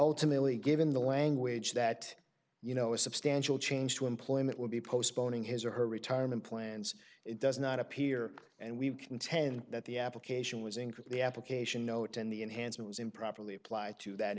ultimately given the language that you know a substantial change to employment would be postponing his or her retirement plans it does not appear and we contend that the application was in the application note and the enhancement was improperly applied to that